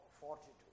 fortitude